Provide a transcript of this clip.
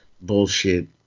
bullshit